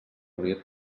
unir